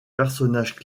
personnage